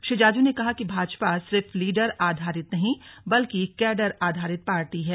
श्री जाजू ने कहा कि भाजपा सिर्फ लीडर आधारित नहीं बल्कि कैडर आधारित पार्टी है